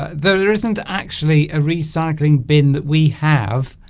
there isn't actually a recycling bin that we have